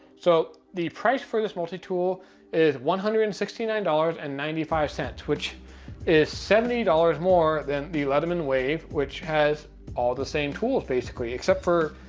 so the price for this multi-tool is one hundred and sixty nine dollars and ninety five cents, which is seventy dollars more than the leatherman wave, which has all the same tools basically, except for,